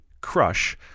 crush